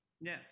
Yes